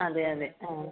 അതെ അതെ ആ